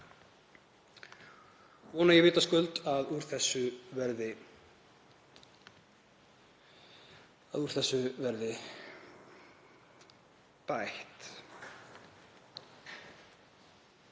vona vitaskuld að úr þessu verði bætt.